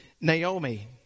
Naomi